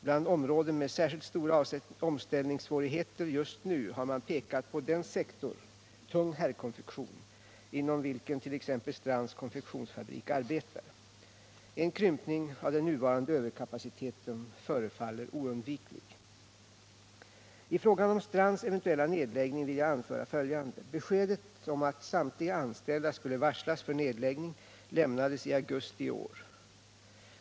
Bland områden med särskilt stora omställningssvårigheter just nu har man pekat på den sektor, tung herrkonfektion, inom vilken t.ex. Strands konfektionsfabrik arbetar. En krympning av den nuvarande överkapaciteten förefaller oundviklig. I frågan om Strands eventuella nedläggning vill jag anföra följande. Beskedet om att samtliga anställda skulle varslas för nedläggning lämnades i augusti i år.